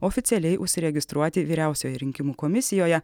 oficialiai užsiregistruoti vyriausioje rinkimų komisijoje